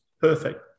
Perfect